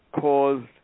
caused